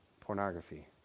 pornography